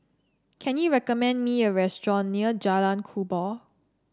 can you recommend me a restaurant near Jalan Kubor